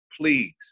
please